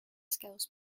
skills